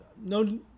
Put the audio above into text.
no